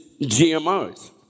GMOs